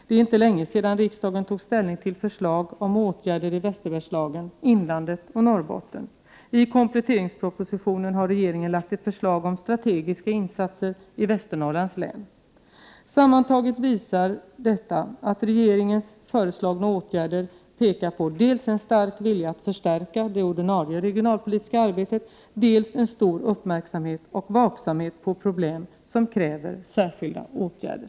Det är inte länge sedan riksdagen tog ställning till förslag om åtgärder i Västerbergslagen, inlandet och Norrbotten. I kompletteringspropositionen har regeringen lagt ett förslag om strategiska insatser i Västernorrlands län. Sammantaget visar detta att regeringens föreslagna åtgärder pekar på dels en stark vilja att förstärka det ordinarie regionalpolitiska arbetet, dels en stor uppmärksamhet och vaksamhet på problem som kräver särskilda åtgärder.